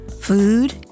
food